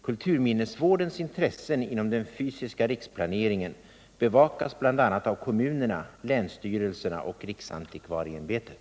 Kulturminnesvårdens intressen inom den fysiska riksplaneringen bevakas bl.a. av kommunerna, länsstyrelserna och riksantikvarieämbetet.